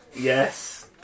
Yes